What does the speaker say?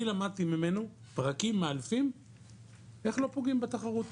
אני למדתי ממנו פרקים מאלפים איך לא פוגעים בתחרות.